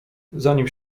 zanim